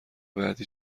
بعدی